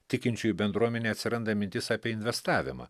tikinčiųjų bendruomenėj atsiranda mintis apie investavimą